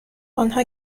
آنها